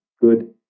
good